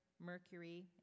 Mercury